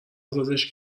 ازادش